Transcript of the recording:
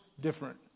different